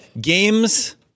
Games